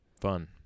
Fun